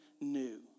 new